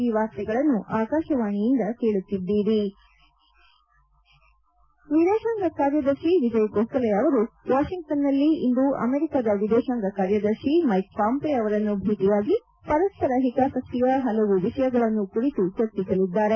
ಈ ವಾರ್ತೆಗಳನ್ನು ಆಕಾಶವಾಣೆಯಿಂದ ಕೇಳುತ್ತಿದ್ದಿರಿ ವಿದೇಶಾಂಗ ಕಾರ್ಯದರ್ಶಿ ವಿಜಯ್ ಗೋಖಲೆ ಅವರು ವಾಷಿಂಗ್ಟನ್ನಲ್ಲಿ ಇಂದು ಅಮೆರಿಕದ ವಿದೇಶಾಂಗ ಕಾರ್ಯದರ್ಶಿ ಮ್ಗೆಕ್ ಪಾಂಪೆ ಅವರನ್ನು ಭೇಟಿಯಾಗಿ ಪರಸ್ಪರ ಹಿತಾಸಕ್ತಿಯ ಪಲವು ವಿಷಯಗಳನ್ನು ಕುರಿತು ಚರ್ಚಿಸಲಿದ್ದಾರೆ